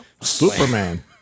Superman